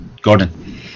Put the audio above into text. Gordon